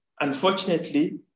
Unfortunately